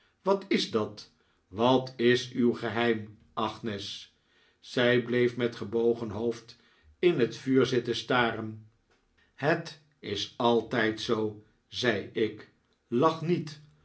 wat is dat wat is uw geheim agnes zij bleef met gebogen hoofd in het vuur zitten staren het is altijd zoo zei ik lach niet